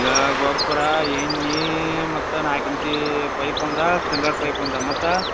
ಈಗ ಗೊಬ್ಬರ ಎಣ್ಣೆ ಮತ್ತು ನಾಲ್ಕಿಂಚು ಪೈಪ್ ಒಂದು ಸ್ಪ್ರಿಂಕ್ಲರ್ ಪೈಪ್ ಒಂದು ಮತ್ತು